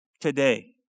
today